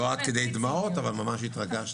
לא עד כדי דמעות, אבל ממש התרגשתי.